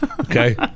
Okay